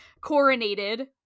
coronated